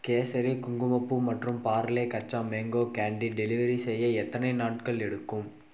கேசரி குங்குமப்பூ மற்றும் Parle Kaccha mango candy delivery செய்ய எத்தனை நாட்கள் எடுக்கும்